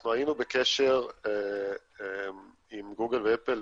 אנחנו היינו בקשר עם גוגל ואפל